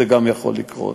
זה גם יכול לקרות.